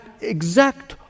exact